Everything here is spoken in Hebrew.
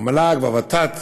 המל"ג והוות"ת